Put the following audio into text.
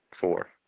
Four